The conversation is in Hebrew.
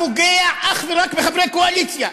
הפוגע אך ורק בחברי קואליציה.